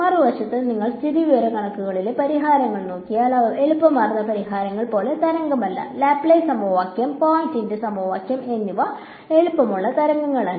മറുവശത്ത് നിങ്ങൾ സ്ഥിതിവിവരക്കണക്കുകളിലെ പരിഹാരങ്ങൾ നോക്കിയാൽ അവ എളുപ്പമാർന്ന പരിഹാരങ്ങൾ പോലെ തരംഗമല്ല ലാപ്ലേസ് സമവാക്യം പോയ്സന്റെ സമവാക്യം അവ എളുപ്പമല്ല തരംഗമല്ല